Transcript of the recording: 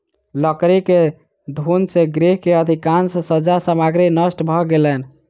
लकड़ी के घुन से गृह के अधिकाँश सज्जा सामग्री नष्ट भ गेलैन